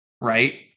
Right